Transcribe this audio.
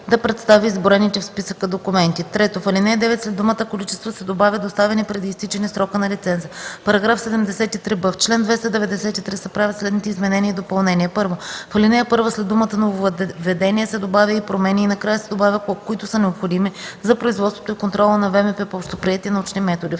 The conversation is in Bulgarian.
1 след думата „нововъведения” се добавя „и промени” и накрая се добавя „които са необходими, за производството и контрола на ВМП по общоприети научни методи”.